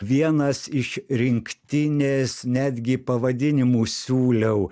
vienas iš rinktinės netgi pavadinimų siūliau